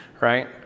right